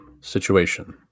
situation